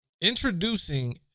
introducing